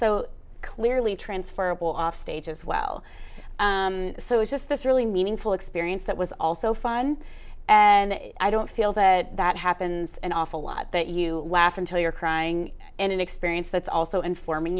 so clearly transferable off stage as well so it's just this really meaningful experience that was also fun and i don't feel that that happens an awful lot that you laugh until you're crying in an experience that's also informing